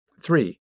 Three